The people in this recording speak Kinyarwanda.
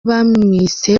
bamwise